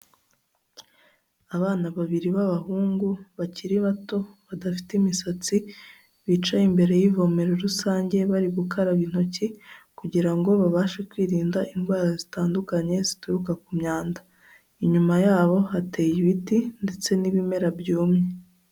Abana babiri b'abahungu, bakiri bato, badafite imisatsi, bicaye imbere y'ivomero rusange bari gukaraba intoki, kugirango babashe kwirinda indwara zitandukanye zituruka ku myanda. Inyuma yabo, hateye ibiti ndetse n'ibimera byumye.